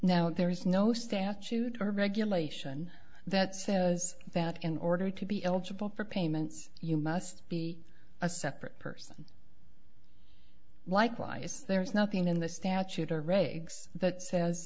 now there is no statute or regulation that says that in order to be eligible for payments you must be a separate person likewise there is nothing in the statute or regs that says